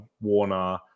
Warner